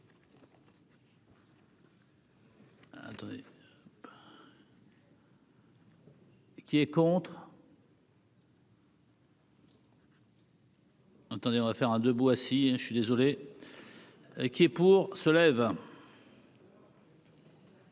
Qui est contre. Attendez, on va faire un debout, assis, je suis désolé, qui est pour se lève.